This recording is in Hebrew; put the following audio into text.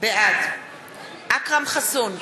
בעד אכרם חסון,